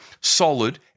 solid